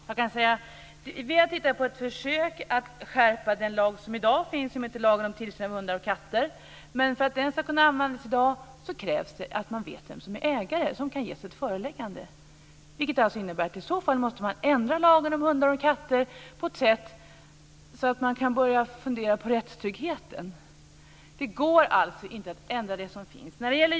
Jag kan säga att vi har tittat på ett försök att skärpa den lag som i dag finns som heter lagen om tillsyn av hundar och katter. Men för att den ska kunna användas i dag krävs det att man vet vem som är ägare och som kan ges ett föreläggande. I så fall måste man ändra lagen om hundar och katter på ett sådant sätt att man börjar fundera på rättstryggheten. Det går alltså inte att ändra det som finns.